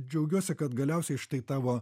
džiaugiuosi kad galiausiai štai tavo